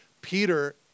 Peter